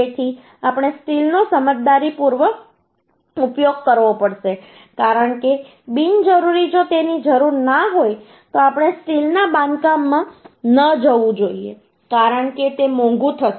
તેથી આપણે સ્ટીલનો સમજદારીપૂર્વક ઉપયોગ કરવો પડશે કારણ કે બિનજરૂરી જો તેની જરૂર ન હોય તો આપણે સ્ટીલના બાંધકામમાં ન જવું જોઈએ કારણ કે તે મોંઘું થશે